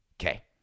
Okay